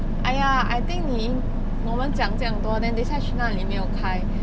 !aiya! I think 你我们讲这样多 then 等一下去那里没有开